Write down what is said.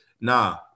Nah